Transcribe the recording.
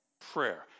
prayer